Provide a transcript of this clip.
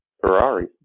Ferrari